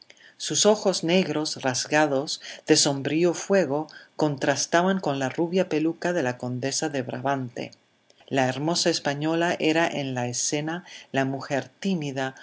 sus ojos negros rasgados de sombrío fuego contrastaban con la rubia peluca de la condesa de brabante la hermosa española era en la escena la mujer tímida